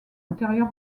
intérieur